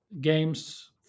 games